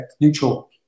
neutral